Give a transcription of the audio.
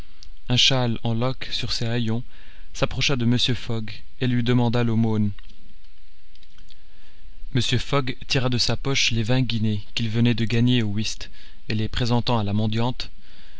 un châle en loques sur ses haillons s'approcha de mr fogg et lui demanda l'aumône mr fogg tira de sa poche les vingt guinées qu'il venait de gagner au whist et les présentant à la mendiante